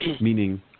meaning